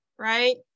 right